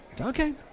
Okay